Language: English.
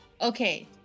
Okay